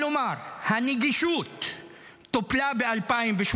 כלומר, הנגישות טופלה ב-2018,